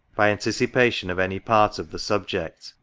by anticipation of any part of the subject,